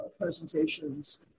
presentations